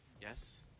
Yes